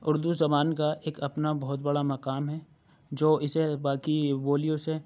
اردو زبان کا ایک اپنا بہت بڑا مقام ہے جو اسے باقی بولیوں سے